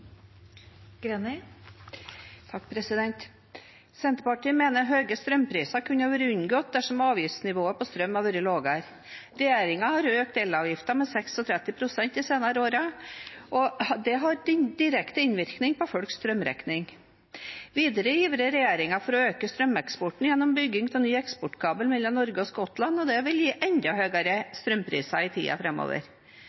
Senterpartiet mener høye strømpriser kunne vært unngått dersom avgiftsnivået på strøm hadde vært lavere. Regjeringen har økt elavgiften med 36 pst. de senere årene, og det har direkte innvirkning på folks strømregning. Videre ivrer regjeringen for å øke strømeksporten gjennom bygging av ny eksportkabel mellom Norge og Skottland, og det vil gi enda høyere